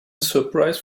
surprise